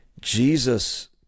Jesus